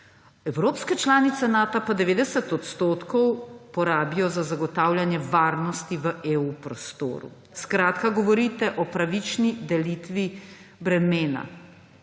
Evropske članice Nata pa 90 % porabijo za zagotavljanje varnosti v EU-prostoru. Skratka, govorite o pravični delitvi bremena.